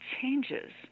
changes